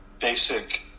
Basic